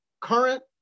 current